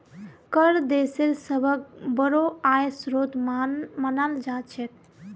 कर देशेर सबस बोरो आय स्रोत मानाल जा छेक